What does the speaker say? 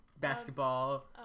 Basketball